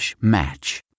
match